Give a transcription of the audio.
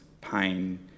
pain